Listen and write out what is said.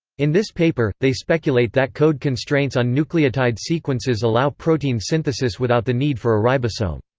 in this paper, they speculate that code constraints on nucleotide sequences allow protein synthesis without the need for a ribosome.